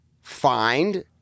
fined